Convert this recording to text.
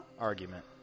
Argument